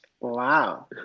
Wow